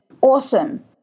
awesome